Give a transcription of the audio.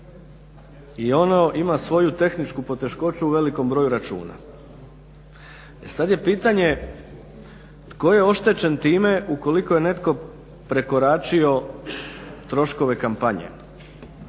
i ono ima svoju tehničku poteškoću u velikom broju računa. E sad je pitanje tko je oštećen time ukoliko je netko prekoračio troškove kampanje?